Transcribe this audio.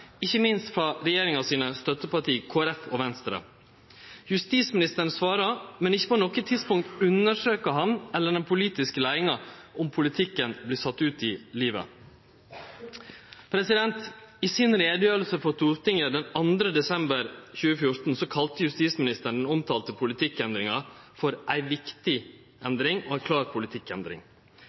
ikkje minst frå støttepartia til regjeringa, Kristeleg Folkeparti og Venstre. Justisministeren svarar, men ikkje på noko tidspunkt undersøkjer han eller den politiske leiinga om politikken vert sett ut i livet. I utgreiinga si for Stortinget den 2. desember 2014 kalla justisministeren den omtalte politikkendringa for «en viktig endring» og «den klare politikkendringen». Dersom ein statsråd ynskjer å gjennomføre ei